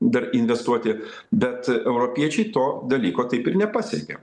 dar investuoti bet europiečiai to dalyko taip ir nepasiekė